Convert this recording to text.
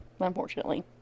unfortunately